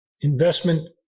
investment